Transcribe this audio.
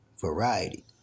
variety